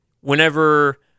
Whenever